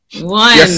One